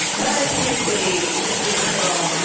that is seriously just incredible